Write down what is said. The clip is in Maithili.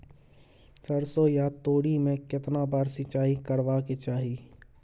सरसो या तोरी में केतना बार सिंचाई करबा के चाही?